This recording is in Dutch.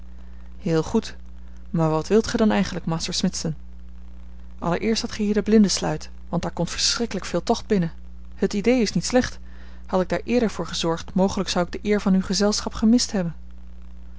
heel goed maar wat wilt gij dan eigenlijk master smithson allereerst dat gij hier de blinden sluit want daar komt verschrikkelijk veel tocht binnen het idée is niet slecht had ik daar eerder voor gezorgd mogelijk zou ik de eer van uw gezelschap gemist hebben